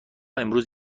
امروز